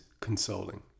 consoling